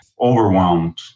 overwhelmed